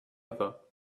other